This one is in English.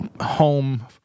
home